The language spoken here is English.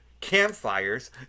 Campfires